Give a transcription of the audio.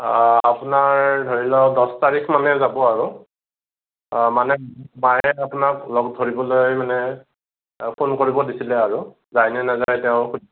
আপোনাৰ ধৰি লওক দহ তাৰিখ মানে যাব আৰু মানে মায়ে আপোনাক লগ ধৰিবলৈ মানে ফোন কৰিবলৈ দিছিলে আৰু যায়নে নেযায় তেওঁ